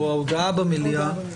או ההודעה במליאה,